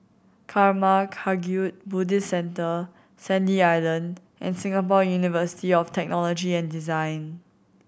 Karma Kagyud Buddhist Centre Sandy Island and Singapore University of Technology and Design